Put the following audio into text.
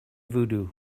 voodoo